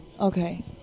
Okay